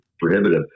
prohibitive